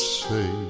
say